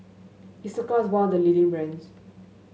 Isocal is one of the leading brands